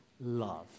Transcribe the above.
love